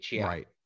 Right